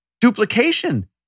Duplication